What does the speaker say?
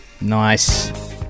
Nice